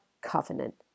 covenant